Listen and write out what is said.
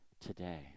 today